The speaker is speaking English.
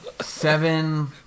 Seven